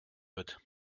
wird